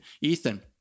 Ethan